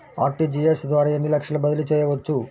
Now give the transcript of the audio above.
RTGS ద్వారా ఎన్ని లక్షలు బదిలీ చేయవచ్చు?